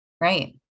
Right